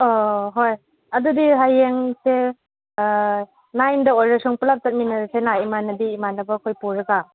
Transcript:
ꯑꯣ ꯍꯣꯏ ꯑꯗꯨꯗꯤ ꯍꯌꯦꯡꯁꯦ ꯅꯥꯏꯟꯗ ꯑꯣꯏꯔꯁꯨ ꯄꯨꯂꯞ ꯆꯠꯃꯤꯟꯅꯔꯁꯤꯅ ꯏꯃꯥꯟꯅꯕꯤ ꯏꯃꯥꯟꯅꯕꯈꯣꯏ ꯄꯨꯔꯒ